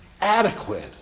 adequate